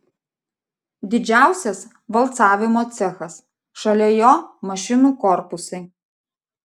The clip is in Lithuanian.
didžiausias valcavimo cechas šalia jo mašinų korpusai